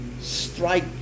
strike